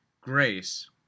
grace